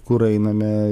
kur einame